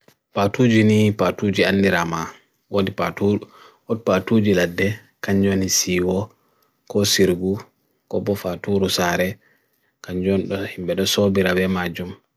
Patuji ni Patuji Andirama. Odi Patuji ladde kanjwani siwo ko sirgu, ko po fatu rosare kanjwani imbede sobirave majum.